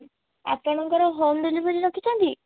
ଆପଣଙ୍କର home delivery ରଖିଛନ୍ତି